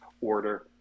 order